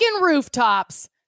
rooftops